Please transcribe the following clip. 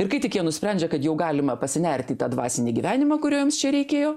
ir kai tik jie nusprendžia kad jau galima pasinerti į tą dvasinį gyvenimą kurio jiems čia reikėjo